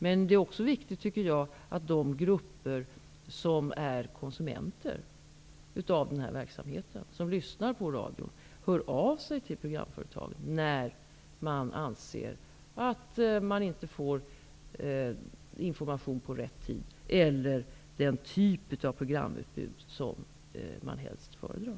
Men det är också viktigt, tycker jag, att de grupper som är konsumenter av den här verksamheten, som lyssnar på radio, hör av sig till programföretagen när man anser att man inte får information på rätt tid eller inte får den typ av programutbud som man helst föredrar.